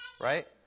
right